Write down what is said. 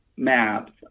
maps